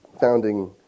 founding